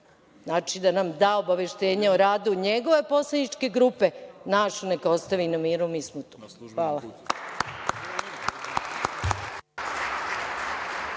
Znači, da nam da obaveštenje o radu njegove poslaničke grupe, našu neka ostavi na miru, mi smo tu. Hvala.